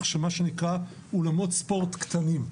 של מה שנקרא "אולמות ספורט קטנים".